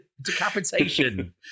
decapitation